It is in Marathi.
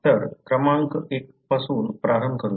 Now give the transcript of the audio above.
तर क्रमांका 1 पासून प्रारंभ करूया